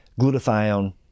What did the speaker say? glutathione